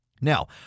Now